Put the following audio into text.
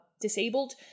disabled